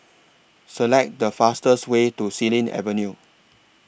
Select The fastest Way to Xilin Avenue